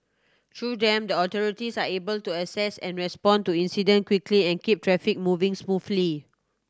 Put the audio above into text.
through them the authorities are able to assess and respond to incident quickly and keep traffic moving smoothly